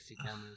cameras